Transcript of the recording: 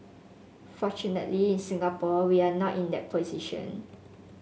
fortunately in Singapore we are not in that position